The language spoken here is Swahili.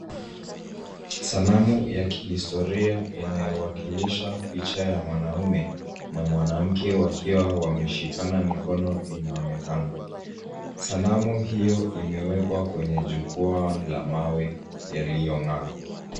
Sanamu ya kihistoria inayowakilisha picha ya mwanaume na mwanamke wakiwa wameshikana mikono inaonekana. Sanamu hiyo imewekwa kwenye jukwaa la mawe yaliyong'aa.